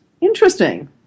Interesting